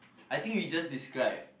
I think we just describe